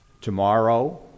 tomorrow